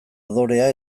adorea